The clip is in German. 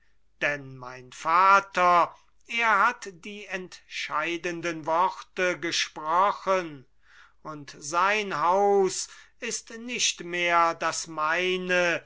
denn mein vater er hat die entscheidenden worte gesprochen und sein haus ist nicht mehr das meine